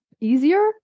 easier